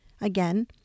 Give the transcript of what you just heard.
Again